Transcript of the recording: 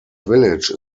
village